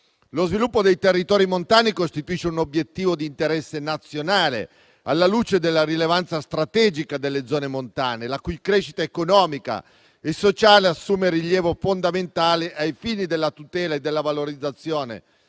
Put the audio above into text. Lo sviluppo dei territori montani costituisce un obiettivo di interesse nazionale, alla luce della rilevanza strategica delle zone montane, la cui crescita economica e sociale assume rilievo fondamentale ai fini della tutela e della valorizzazione